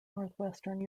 northwestern